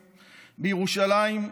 בירושלים,